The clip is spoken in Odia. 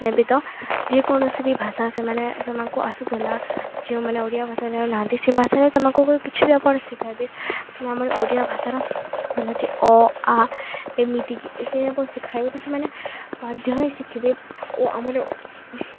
ନେବେ ତ ଯେକୌଣସି ବି ଭାଷା ସେମାନେ ସେମାନଙ୍କୁ ଆସୁଥିଲା ଯେଉଁମାନେ ଓଡ଼ିଆ ଭାଷା ଜାଣି ନାହାନ୍ତି ସେ ଭାଷାରେ ସେଙ୍କୁ କିଛି ବି ଆପଣ ଶିଖାଇବେ କି ଆମର ଓଡ଼ିଆ ଭାଷାର ହେଲା ଯେ ଅ ଆ ଏମିତିକି ଶିଖାଇବେ ତ ସେମାନେ ବାଧ୍ୟ ହେଇ ଶିଖିବେ ଓ ଆମର